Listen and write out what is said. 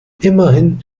immerhin